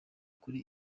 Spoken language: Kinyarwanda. kuri